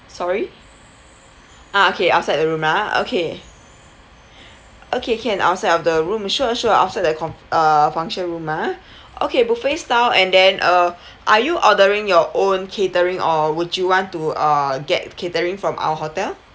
sorry ah okay outside the room ah okay okay can outside of the room sure sure outside that conf~ err function room ah okay buffet style and then uh are you ordering your own catering or would you want to uh get catering from our hotel